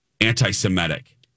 anti-Semitic